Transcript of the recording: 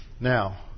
Now